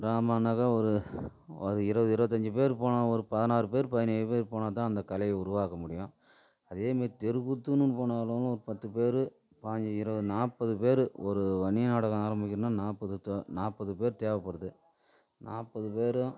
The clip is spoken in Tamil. கிராமம்னாக்கா ஒரு ஒரு இருபது இருபத்தஞ்சி பேர் போனால் ஒரு பதினாறு பேர் பதினேழு பேர் போனால் தான் அந்த கலையை உருவாக்க முடியும் அதே மாதிரி தெருக்கூத்துன்னு போனாலும் ஒரு பத்து பேர் பாஞ்சு இருபது நாற்பது பேர் ஒரு வள்ளி நாடகம் ஆரம்பிக்கிணுன்னா நாற்பது த நாற்பது பேர் தேவைப்படுது நாற்பது பேரும்